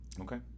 Okay